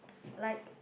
like